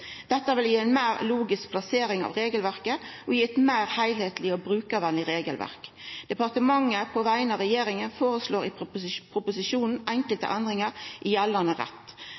Dette vil gi ei meir logisk plassering av regelverket og gi eit meir heilskapleg og brukarvenleg regelverk. Departementet, på vegner av regjeringa, føreslår i proposisjonen enkelte endringar i gjeldande rett.